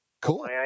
Cool